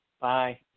Bye